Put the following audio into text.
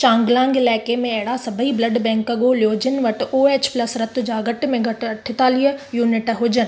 चांगलांग इलाइके में अहिड़ा सभई ब्लड बैंक ॻोल्हियो जिन वटि ओ एच प्लस रत जा घटि में घटि अठेतालीह यूनिट हुजनि